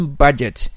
budget